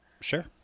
Sure